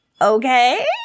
okay